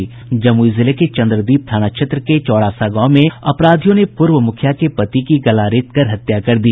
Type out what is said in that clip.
जमुई जिले के चंद्रदीप थाना क्षेत्र के चौरासा गांव में अपराधियों ने पूर्व मुखिया के पति की गला रेतकर हत्या कर दी